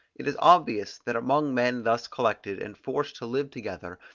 it is obvious that among men thus collected, and forced to live together,